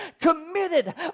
committed